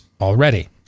already